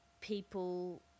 people